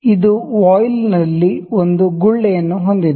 ಇದು ವಾಯ್ಲ್ನಲ್ಲಿ ಒಂದು ಗುಳ್ಳೆಯನ್ನು ಹೊಂದಿದೆ